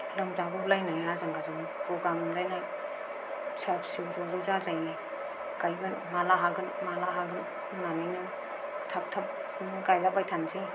लोमजागु लायनाय आजां गाजांनो गगा मोनलायनाय फिसा फिसौ ज' ज' जाजायो गायगोन माला हागोन माला हागोन होननानैनो थाब थाब बिखौनो गायलाबाय थानोसै